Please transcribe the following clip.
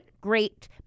great